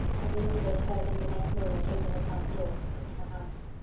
and elizabeth heard him the next moment open the front door and quit the house.